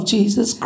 Jesus